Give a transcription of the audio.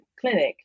clinic